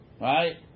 right